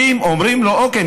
אומרים לו: אוקיי,